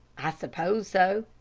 i suppose so.